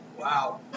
Wow